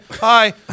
Hi